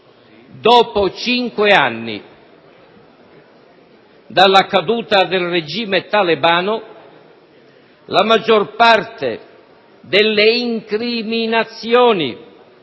dopo cinque anni dalla caduta del regime talebano la maggior parte delle incriminazioni